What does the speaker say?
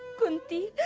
kunti.